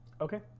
Okay